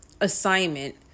assignment